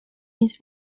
his